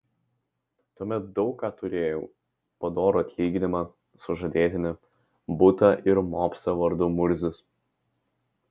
tuomet daug ką turėjau padorų atlyginimą sužadėtinę butą ir mopsą vardu murzius